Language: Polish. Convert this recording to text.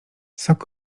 sok